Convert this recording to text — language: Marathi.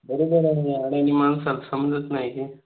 बरोबर आहे ना आणि आणि माणसाला समजत नाही की